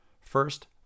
First